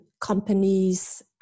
companies